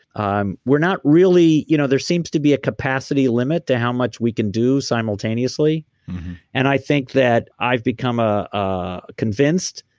um we're not really. you know there seems to be a capacity limit to how much we can do simultaneously and i think that i've become ah ah convinced,